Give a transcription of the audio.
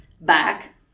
Back